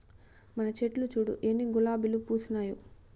మన చెట్లు చూడు ఎన్ని గులాబీలు పూసినాయో